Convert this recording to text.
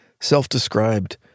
self-described